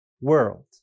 world